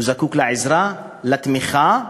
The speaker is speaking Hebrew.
הוא זקוק לעזרה, לתמיכה,